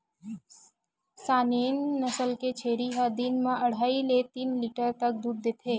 Saanen नसल के छेरी ह दिन म अड़हई ले तीन लीटर तक दूद देथे